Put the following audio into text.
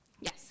Yes